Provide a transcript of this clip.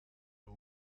the